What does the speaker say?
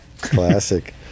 Classic